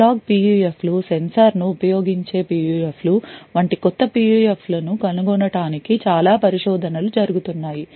analogue PUFలు సెన్సార్ను ఉపయోగించే PUFలు వంటి కొత్త PUFలను కనుగొనటానికి చాలా పరిశోధనలు జరుగుతున్నాయి